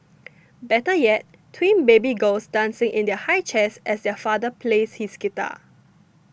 better yet twin baby girls dancing in their high chairs as their father plays his guitar